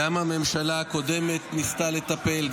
גם הממשלה הקודמת ניסתה לטפל,